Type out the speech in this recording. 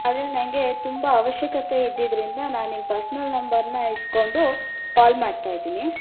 ಆದರೆ ನನಗೆ ತುಂಬ ಅವಶ್ಯಕತೆ ಇದ್ದಿದ್ದರಿಂದ ನಾನು ನಿಮ್ಮ ಪರ್ಸ್ನಲ್ ನಂಬರ್ನ ಇಸ್ಕೊಂಡು ಕಾಲ್ ಮಾಡ್ತಾ ಇದ್ದೀನಿ